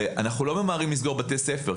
אנחנו לא ממהרים לסגור בתי ספר,